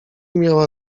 miała